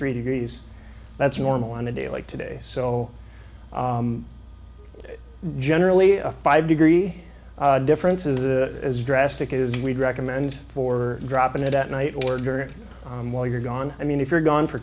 three degrees that's normal on a day like today so general a five degree difference is a as drastic as we'd recommend for dropping it at night or during while you're gone i mean if you're gone for